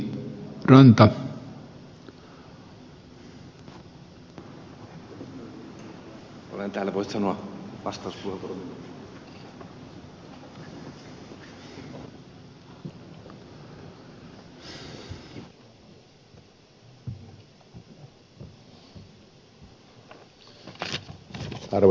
arvoisa puhemies